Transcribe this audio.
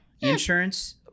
insurance